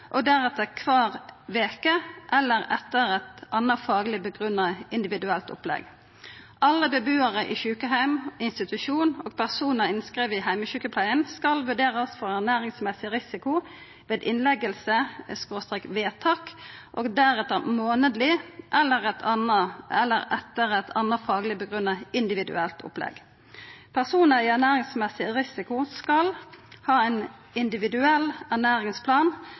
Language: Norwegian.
og deretter kvar veke, eller etter eit anna, fagleg grunngitt individuelt opplegg. Alle bebuarar i sjukeheim/institusjon og personar innskrivne i heimesjukepleia skal vurderast for ernæringsmessig risiko ved innlegging/vedtak og deretter kvar månad, eller etter eit anna, fagleg grunngitt individuelt opplegg. Personar i ernæringsmessig risiko skal ha ein individuell